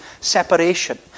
separation